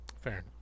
Fair